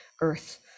earth